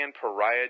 Pariah